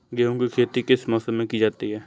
गेहूँ की खेती किस मौसम में की जाती है?